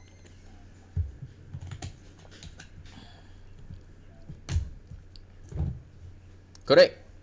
correct